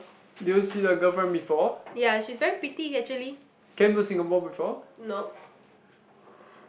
ya she's very pretty actually no